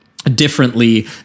differently